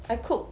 I cook